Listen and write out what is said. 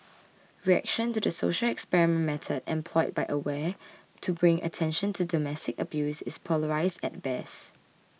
reaction to the social experiment method employed by Aware to bring attention to domestic abuse is polarised at best